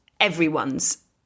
everyone's